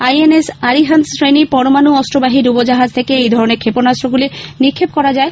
INS Arihant শ্রেণীর পরমাণু অস্ত্রবাহী ডুবোজাহাজ থেকে এই ধরনের ক্ষেপণাস্ত্রগুলি নিক্ষেপ করা যায়